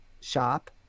shop